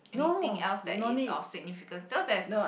anything else that is of significance you know there's